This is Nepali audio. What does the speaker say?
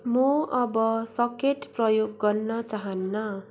म अब सकेट प्रयोग गर्न चाहन्न